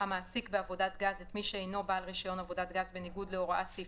המעסיק בעבודת גז את מי שאינו בעל רישיון עבודת גז בניגוד להוראת סעיף